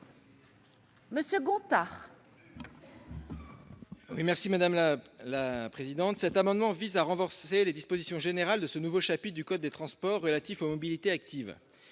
monsieur Gontard.